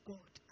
God